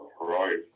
right